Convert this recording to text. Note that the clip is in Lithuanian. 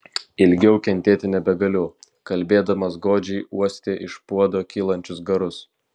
ilgiau kentėti nebegaliu kalbėdamas godžiai uostė iš puodo kylančius garus